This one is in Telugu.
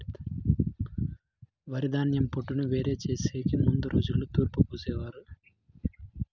వరిధాన్యం పొట్టును వేరు చేసెకి ముందు రోజుల్లో తూర్పు పోసేవారు